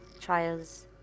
trials